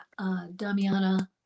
damiana